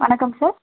வணக்கம் சார்